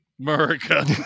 America